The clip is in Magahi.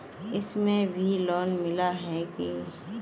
इसमें भी लोन मिला है की